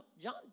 John